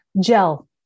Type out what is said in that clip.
Gel